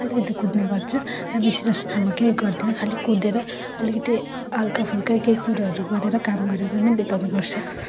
अलिकति कुद्ने गर्छु र बेसी जस्तो त म केही गर्दिनँ खालि कुदेर अलिकति हल्का फुल्का केही कुरोहरू गरेर काम गरेर नै बिताउने गर्छु